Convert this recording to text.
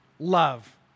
love